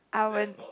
I won't